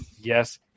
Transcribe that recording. yes